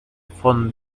font